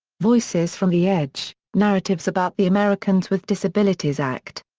voices from the edge narratives about the americans with disabilities act.